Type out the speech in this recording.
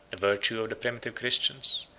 the virtue of the primitive christians,